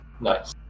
Nice